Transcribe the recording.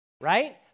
right